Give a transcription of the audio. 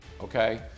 okay